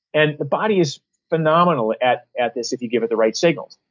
and the body is phenomenal at at this if you give it the right signals.